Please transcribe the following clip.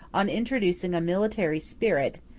on introducing a military spirit,